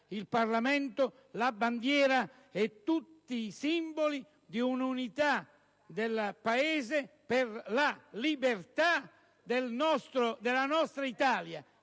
il Parlamento, la bandiera e tutti i simboli dell'unità del Paese per garantire la libertà della nostra Italia